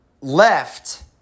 left